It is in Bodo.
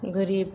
गोरिब